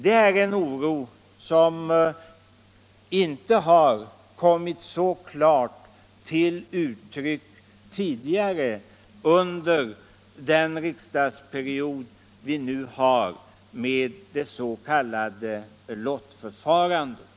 Det är en oro som inte har kommit så klart till uttryck tidigare under den riksdagsperiod vi nu har med det s.k. lottförfarandet.